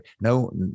no